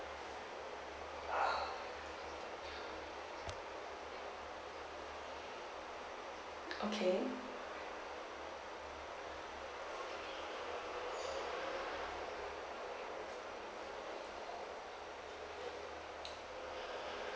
okay